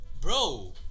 Bro